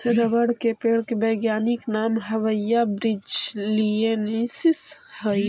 rubber के पेड़ के वैज्ञानिक नाम हैविया ब्रिजीलिएन्सिस हइ